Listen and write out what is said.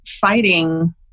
fighting